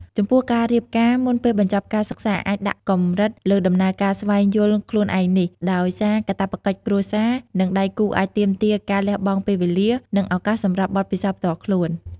ចំពោះការរៀបការមុនពេលបញ្ចប់ការសិក្សាអាចដាក់កម្រិតលើដំណើរការស្វែងយល់ខ្លួនឯងនេះ ដោយសារកាតព្វកិច្ចគ្រួសារ និងដៃគូអាចទាមទារការលះបង់ពេលវេលា និងឱកាសសម្រាប់បទពិសោធន៍ផ្ទាល់ខ្លួន។